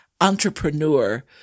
entrepreneur